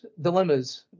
dilemmas